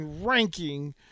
ranking